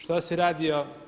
Što si radio?